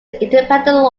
independent